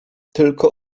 tylko